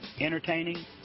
entertaining